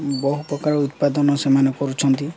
ବହୁ ପ୍ରକାର ଉତ୍ପାଦନ ସେମାନେ କରୁଛନ୍ତି